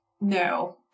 no